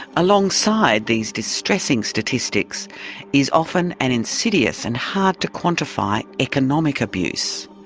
alongside these distressing statistics is often an insidious and hard to quantify economic abuse.